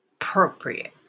appropriate